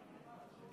אני קובע שהחוק עבר